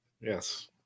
Yes